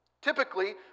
Typically